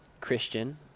Christian